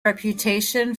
reputation